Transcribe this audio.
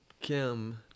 Kim